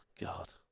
god